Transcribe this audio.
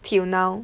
till now